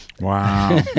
Wow